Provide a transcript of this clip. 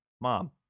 Mom